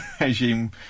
regime